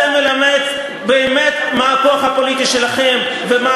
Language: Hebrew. זה מלמד באמת מה הכוח הפוליטי שלכם ומה